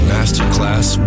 Masterclass